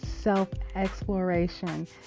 self-exploration